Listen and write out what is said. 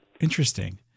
interesting